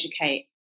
educate